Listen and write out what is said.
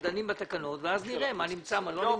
אנחנו דנים בתקנות ואז נראה מה נמצא ומה לא נמצא.